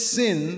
sin